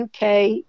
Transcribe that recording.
UK